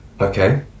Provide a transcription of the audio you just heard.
Okay